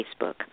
Facebook